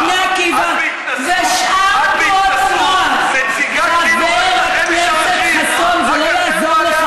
את בהתנשאות מציגה כאילו רק לכם יש ערכים.